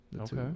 Okay